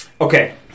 okay